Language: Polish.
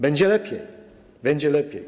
Będzie lepiej, będzie lepiej.